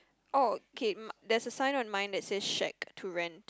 okay mm there's a sign on mine that says shack to rent